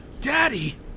Daddy